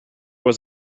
was